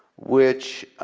which